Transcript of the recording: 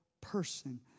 person